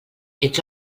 ets